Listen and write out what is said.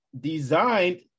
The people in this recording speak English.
designed